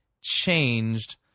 changed